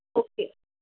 okay